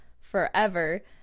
forever